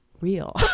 real